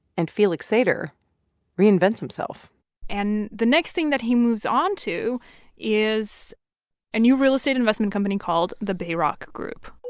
and felix sater reinvents himself and the next thing that he moves onto is a new real estate investment company called the bayrock group